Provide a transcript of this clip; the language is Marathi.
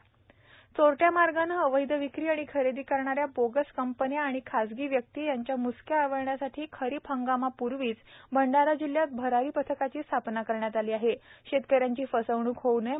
भरारी पथक भंडारा चोरट्या मार्गाने अवैध विक्री व खरेदी करणाऱ्या बोगस कंपन्या व खाजगी व्यक्ती यांच्या मुसक्या आवळण्यासाठी खरीप हंगामापर्वीच भंडारा जिल्ह्यात भरारी पथकाची स्थापना करण्यात आली आहे शेतकऱ्यांची फसवणूक होव् नये